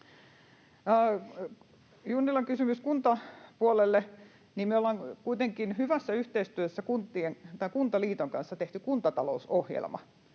Junnilan kysymykseen kuntapuolelle: Me ollaan kuitenkin hyvässä yhteistyössä Kuntaliiton kanssa tehty kuntatalousohjelma,